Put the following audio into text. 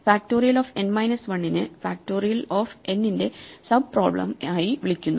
factorial of n minus 1 നെ factorial of n ന്റെ sub problem ആയി വിളിക്കുന്നു